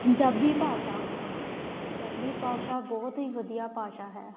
ਪੰਜਾਬੀ ਭਾਸ਼ਾ ਪੰਜਾਬੀ ਭਾਸ਼ਾ ਬਹੁਤ ਹੀ ਵਧੀਆ ਭਾਸ਼ਾ ਹੈ